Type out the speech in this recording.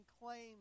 claim